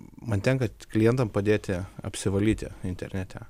man tenka klientam padėti apsivalyti internete